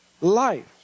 life